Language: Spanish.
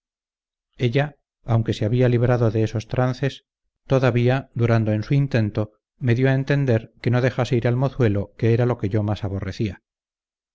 ella aunque se había librado de esos trances todavía durando en su intento me dió a entender que no dejase ir al mozuelo que era lo que yo más aborrecía